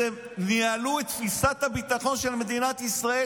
שבעצם ניהלו את תפיסת הביטחון של מדינת ישראל,